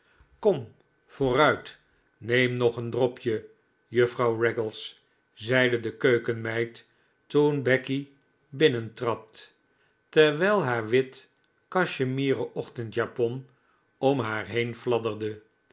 kom vooruit neem nog een dropje juffrouw raggles zeide de keukenmeid toen becky binnentrad terwijl haar wit cachemieren ochtendjapon om haar heen fladderde